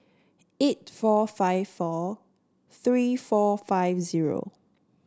eight four five four three four five zero